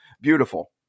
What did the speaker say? beautiful